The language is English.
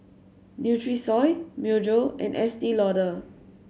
Nutrisoy Myojo and Estee Lauder